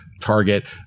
target